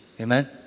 Amen